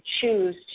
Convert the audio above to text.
choose